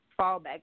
fallback